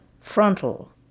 frontal